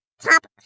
Top